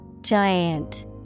Giant